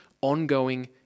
ongoing